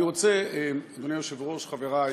אני רוצה, אדוני היושב-ראש, חברי,